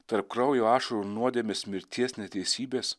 tarp kraujo ašarų nuodėmės mirties neteisybės